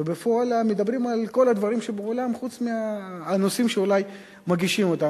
ובפועל מדברים על כל הדברים שבעולם חוץ מהנושאים שאולי מגישים אותם.